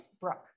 Brooke